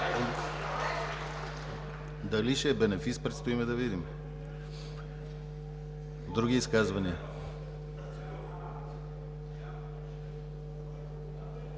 Дали ще е бенефис, предстои да видим. Други изказвания?